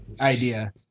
idea